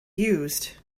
used